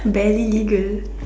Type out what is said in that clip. barely legal